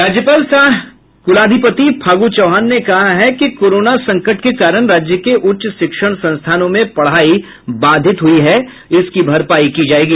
राज्यपाल सह कुलाधिपति फागू चौहान ने कहा है कि कोरोना संकट के कारण राज्य के उच्च शिक्षण संस्थानों में पढ़ाई बाधित हुयी है उसकी भरपायी की जायेगी